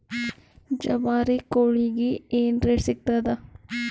ಜವಾರಿ ಕೋಳಿಗಿ ಏನ್ ರೇಟ್ ಸಿಗ್ತದ?